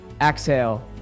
exhale